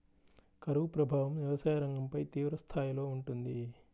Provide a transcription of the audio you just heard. కరువు ప్రభావం వ్యవసాయ రంగంపై తీవ్రస్థాయిలో ఉంటుంది